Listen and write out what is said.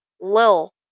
Lil